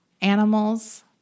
animals